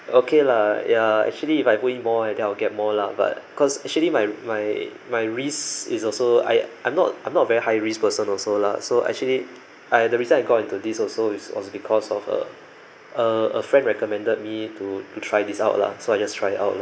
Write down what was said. okay lah ya actually if I put in more and then I will get more lah but cause actually my my my risk is also I I'm not I'm not a very high risk person also lah so actually I the reason I got into this also is because of a a a friend recommended me to to try this out lah so I just try it out